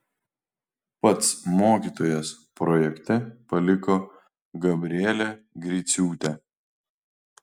pats mokytojas projekte paliko gabrielę griciūtę